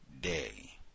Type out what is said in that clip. day